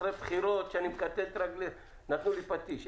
אחרי בחירות נתנו לי פטיש,